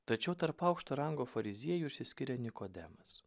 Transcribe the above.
tačiau tarp aukšto rango fariziejų išsiskiria nikodemas